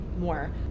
more